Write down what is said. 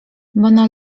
bona